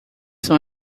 são